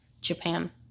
Japan